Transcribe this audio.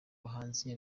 bahanzi